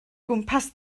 gwmpas